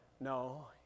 No